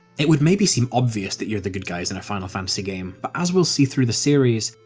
it would maybe seem obvious that you're the good guys in a final fantasy game, but as we'll see through the series,